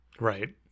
Right